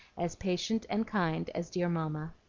as patient and kind as dear mamma.